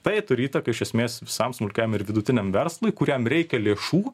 tai turi įtaką iš esmės visam smulkiajam ir vidutiniam verslui kuriam reikia lėšų